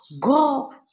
go